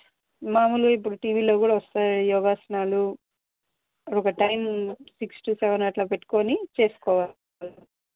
మాములుగా ఇప్పుడు టీవీలో కూడా వస్తాయి యోగాసనాలు ఒక టైం సిక్స్ టు సెవెన్ అలా పెట్టుకొని చేసుకోవాలి